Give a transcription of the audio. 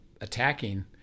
attacking